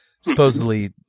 supposedly